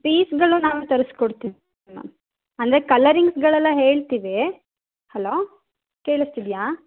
ಪೀಸ್ಗಳು ನಾವೇ ತರ್ಸಿ ಕೊಡ್ತೀವಿ ಹ್ಞೂ ಅಂದರೆ ಕಲರಿಂಗ್ಸ್ಗಳೆಲ್ಲ ಹೇಳ್ತೀವಿ ಹಲೋ ಕೇಳಿಸ್ತಿದೆಯಾ